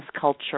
culture